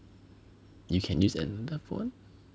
you can use another phone